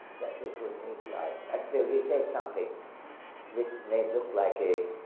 that it would make life act, though he said something which may look like a,